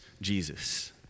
Jesus